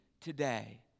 today